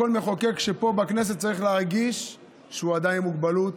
כל מחוקק פה בכנסת צריך להרגיש שהוא אדם עם מוגבלות,